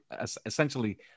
essentially